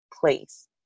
place